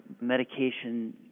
medication